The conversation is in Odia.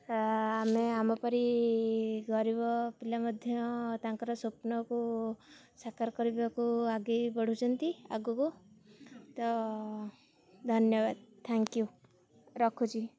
ଆମେ ଆମ ପରି ଗରିବ ପିଲା ମଧ୍ୟ ତାଙ୍କର ସ୍ୱପ୍ନକୁ ସାକାର କରିବାକୁ ଆଗେଇ ବଢ଼ୁଛନ୍ତି ଆଗକୁ ତ ଧନ୍ୟବାଦ ଥ୍ୟାଙ୍କ୍ ୟୁ ରଖୁଛି